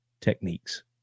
techniques